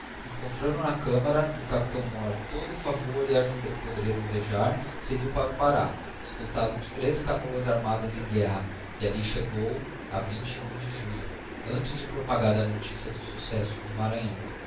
encontrando na cartiara do capitâo mór todo o favor e ajuda que poderia desejar seguiu para o pará escoltado de três canoas armadas em guerra e alli chegou a de junho antes de propagada a noticia dos successos do maranhão